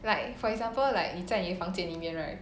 like for example like 你在你的房间里面 right